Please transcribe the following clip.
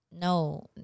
no